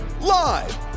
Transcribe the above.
live